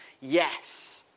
yes